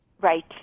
Right